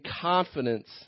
confidence